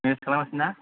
manage खालाम गासिनोना